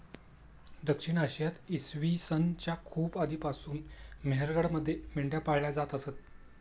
दक्षिण आशियात इसवी सन च्या खूप आधीपासून मेहरगडमध्ये मेंढ्या पाळल्या जात असत